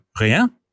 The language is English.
rien